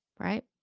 Right